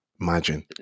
imagine